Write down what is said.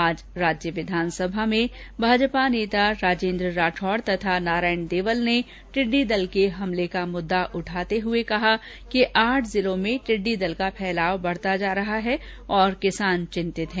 आज राज्य विधानसभा में भाजपा नेता राजेंद्र राठौड तथा नारायण देवल ने टिडडी दल के हमले का मुददा उठाते हए कहा कि आठ जिलों में टिडडी दल का फैलाव बढता जा रहा है और किसान चिंतित हैं